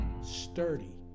sturdy